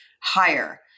higher